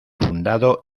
fundado